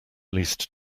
least